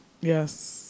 Yes